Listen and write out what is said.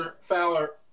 Fowler